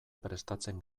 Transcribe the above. prestatzen